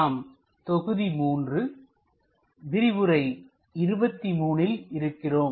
நாம் தொகுதி 3 விரிவுரை 23 ல் இருக்கிறோம்